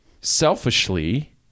selfishly